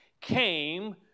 came